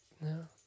no